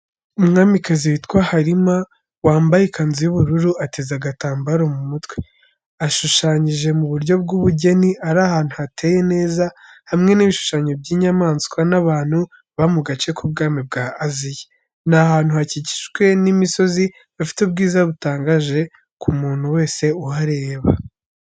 Umwamikazi witwa Halima, wambaye ikanzu y'ubururu ateze agatambaro mu mutwe, ashushanyije mu buryo bw'ubugeni ari ahantu hateye neza hamwe n'ibishushanyo by’inyamaswa n'abantu baba mu gace k'ubwami bwa Aziya. Ni ahantu hakikijwe n'imisozi hafite ubwiza butangaje ku muntu wese uhareba.